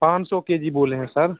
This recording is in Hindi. पाँच सौ के जी बोले हैं सर